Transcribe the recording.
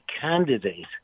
candidate